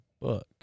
book